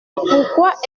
pourquoi